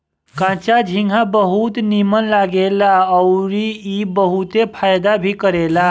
कच्चा झींगा बहुत नीमन लागेला अउरी ई बहुते फायदा भी करेला